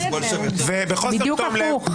בדיוק הפוך.